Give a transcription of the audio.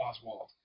Oswald